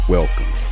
Welcome